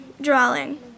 drawing